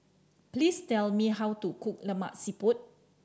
please tell me how to cook Lemak Siput